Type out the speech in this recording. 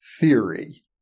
Theory